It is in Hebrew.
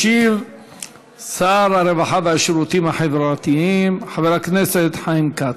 ישיב שר הרווחה והשירותים החברתיים חבר הכנסת חיים כץ.